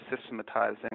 systematizing